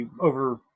over